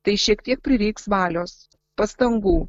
tai šiek tiek prireiks valios pastangų